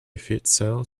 futsal